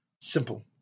Simple